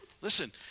Listen